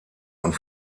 und